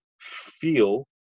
feel